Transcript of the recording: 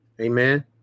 Amen